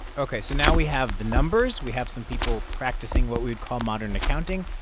ok, so now we have the numbers. we have some people practicing what we would call modern accounting.